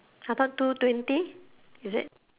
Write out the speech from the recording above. I thought two twenty you said